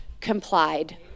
complied